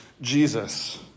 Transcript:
Jesus